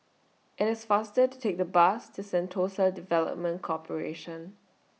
IT IS faster to Take The Bus to Sentosa Development Corporation